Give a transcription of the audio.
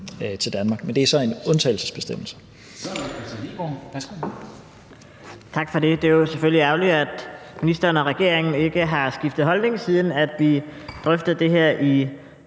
Hegaard. Kl. 16:00 Kristian Hegaard (RV): Tak for det. Det er selvfølgelig ærgerligt, at ministeren og regeringen ikke har skiftet holdning, siden vi drøftede det her i